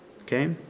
Okay